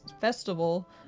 festival